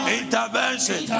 intervention